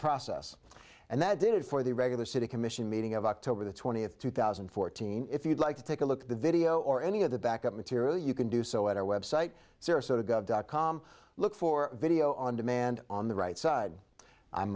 process and that did it for the regular city commission meeting of october the twentieth two thousand and fourteen if you'd like to take a look at the video or any of the back up material you can do so at our website sarasota gov dot com look for video on demand on the right side i'm